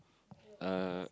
uh